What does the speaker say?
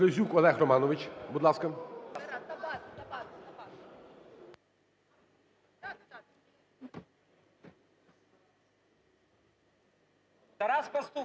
Тарас Пастух.